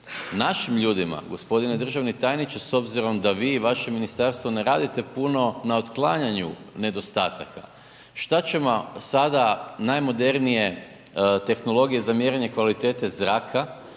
našim ljudima gospodine državni tajniče s obzirom da vi i vaše ministarstvo ne radite puno na otklanjanju nedostataka šta će vam sada najmodernije tehnologije za mjerenje kvalitete zraka